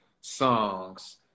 songs